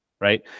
right